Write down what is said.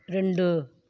రెండు